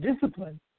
discipline